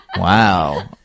Wow